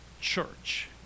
church